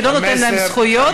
זה לא נותן להם זכויות,